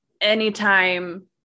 anytime